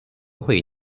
ହୋଇ